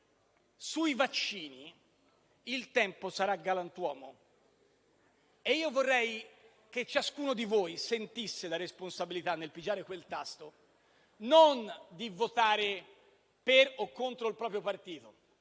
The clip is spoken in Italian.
sui vaccini il tempo sarà galantuomo. E io vorrei che ciascuno di voi sentisse la responsabilità, nel pigiare quel tasto, non di votare per o contro il proprio partito,